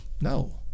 no